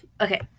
okay